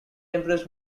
empress